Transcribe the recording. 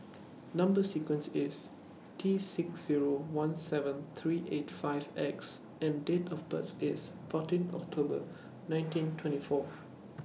Number sequence IS T six Zero one seven three eight five X and Date of birth IS fourteen October nineteen twenty four